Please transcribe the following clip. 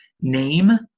name